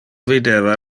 videva